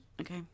Okay